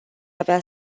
avea